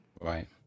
right